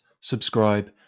subscribe